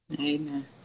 Amen